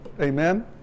Amen